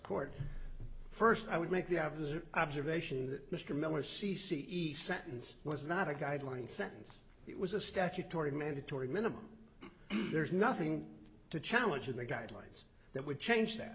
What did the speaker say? court first i would make you have the observation that mr miller c c e sentence was not a guideline sentence it was a statutory mandatory minimum there's nothing to challenge in the guidelines that would change that